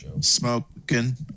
smoking